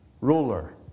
Ruler